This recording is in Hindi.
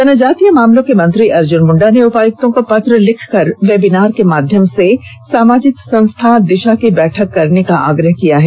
जनजातीय मामलों के मंत्री अर्जुन मुंडा ने उपायुक्तों को पत्र लिखकर वेबिनार के माध्यम से सामाजिक संस्था दिशा की बैठक करने का आग्रह किया है